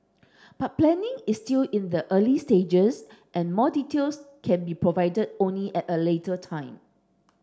but planning is still in the early stages and more details can be provided only at a later time